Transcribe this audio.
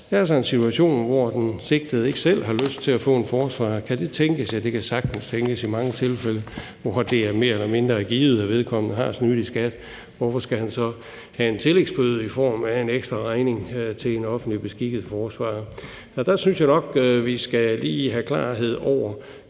Det er altså en situation, hvor den sigtede ikke selv har lyst til at få en forsvarer. Kan det tænkes? Ja, det kan sagtens tænkes i mange tilfælde, hvor det er mere eller mindre givet, at vedkommende har snydt i skat, og hvorfor skal han så have en tillægsbøde i form af en ekstraregning til en offentlig beskikket forsvarer? Der synes jeg nok, at vi lige skal have klarhed over,